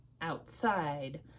outside